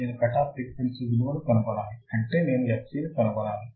నేను cut off frequency విలువని ని కనుగొనాలి అంటే నేను fc ని కనుగొనాలి